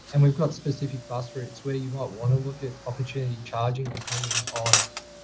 and we've got specific bus routes where you might want to look at opportunity charging depending on,